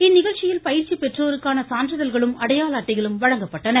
இந்நிகழ்ச்சியில் பயிற்சி பெற்றோருக்கான சான்றிதழ்களும் அடையாள அட்டைகளும் வழங்கப்பட்டன